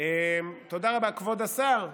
כבוד השר,